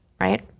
right